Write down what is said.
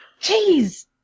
Jeez